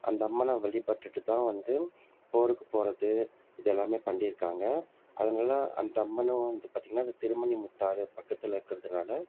அந்த அம்மனை வழிப்பட்டுட்டு தான் வந்து போருக்குப் போகிறது இதெல்லாமே பண்ணியிருக்காங்க அதனால அந்த அம்மனை வந்து பார்த்திங்கனா இந்த திருமணிமுத்தாறு பக்கத்தில் இருக்குறதுனால்